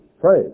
pray